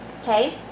Okay